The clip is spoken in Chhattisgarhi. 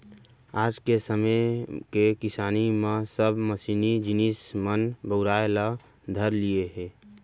आज के समे के किसानी म सब मसीनी जिनिस मन बउराय ल धर लिये हें